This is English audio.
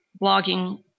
blogging